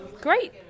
great